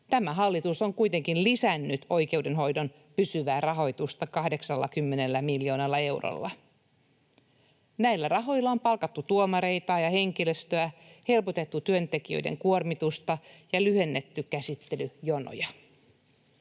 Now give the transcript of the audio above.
tämä hallitus on kuitenkin lisännyt oikeudenhoidon pysyvää rahoitusta 80 miljoonalla eurolla. Näillä rahoilla on palkattu tuomareita ja henkilöstöä, helpotettu työntekijöiden kuormitusta ja lyhennetty käsittelyjonoja.